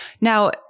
Now